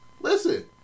listen